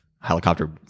helicopter